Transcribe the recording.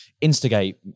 instigate